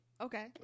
okay